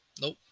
Nope